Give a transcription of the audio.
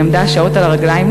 והיא עמדה שעות על הרגליים,